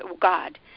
god